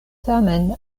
tamen